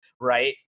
right